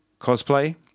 cosplay